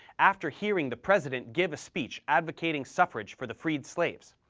after hearing the president give a speech advocating suffrage for the freed slaves.